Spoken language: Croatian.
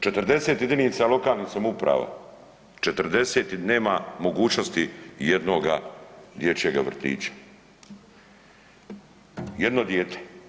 40 jedinica lokalnih samouprava, 40 ih nema mogućnosti jednoga dječjega vrtića, jedno dijete.